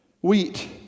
wheat